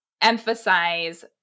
emphasize